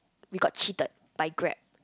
we got cheated by Grab